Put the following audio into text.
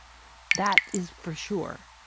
that is for sure.